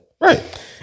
Right